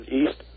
east